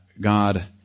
God